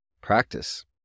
Practice